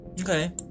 Okay